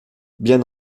bien